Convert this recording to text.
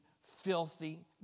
filthy